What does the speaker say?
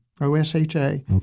O-S-H-A